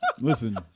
Listen